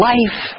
Life